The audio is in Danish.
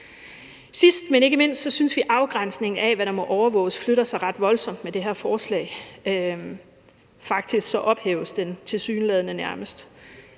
Sidst, men ikke mindst, synes vi, at afgrænsningen af, hvad der må overvåges, flytter sig ret voldsomt med det her forslag – faktisk ophæves den tilsyneladende nærmest.